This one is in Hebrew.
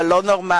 אבל לא נורמליים.